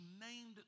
named